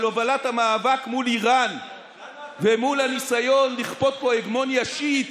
הובלת המאבק מול איראן ומול הניסיון לכפות פה הגמוניה שיעית,